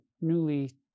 newly